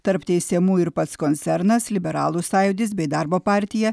tarp teisiamųjų ir pats koncernas liberalų sąjūdis bei darbo partija